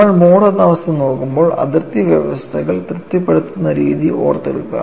നമ്മൾ mode I അവസ്ഥ നോക്കുമ്പോൾ അതിർത്തി വ്യവസ്ഥകൾ തൃപ്തിപ്പെടുത്തുന്ന രീതി ഓർത്തെടുക്കുക